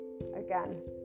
again